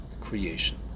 creation